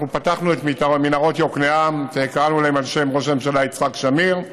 אנחנו פתחנו את מנהרות יקנעם וקראנו להן על שם ראש הממשלה יצחק שמיר.